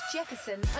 Jefferson